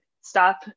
stop